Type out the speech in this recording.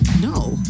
no